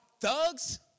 thugs